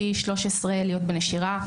פי 13 להיות בנשירה,